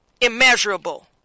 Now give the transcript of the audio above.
Immeasurable